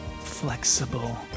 flexible